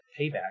Payback